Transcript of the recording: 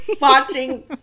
Watching